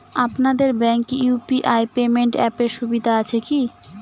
আপনাদের ব্যাঙ্কে UPI payment অ্যাপের সুবিধা আছে কি?